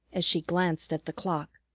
as she glanced at the clock.